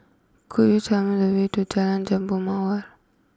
could you tell me the way to Jalan Jambu Mawar